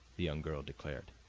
the young girl declared.